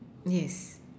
yes